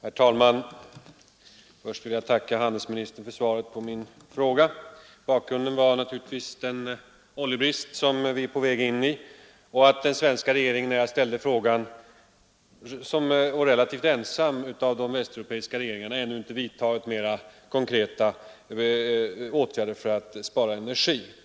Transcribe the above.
Herr talman! Först vill jag tacka handelsministern för svaret på min fråga. Bakgrunden var naturligtvis den oljebrist som vi är på väg in i och att den svenska regeringen, när jag ställde frågan, som relativt ensam av de västeuropeiska regeringarna ännu inte hade vidtagit några mera konkreta åtgärder för att spara energi.